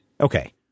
Okay